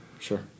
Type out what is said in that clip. Sure